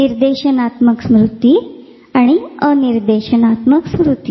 निर्देशनात्मक स्मृती आणि अनिर्देशनात्मक स्मृती